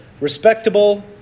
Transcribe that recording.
respectable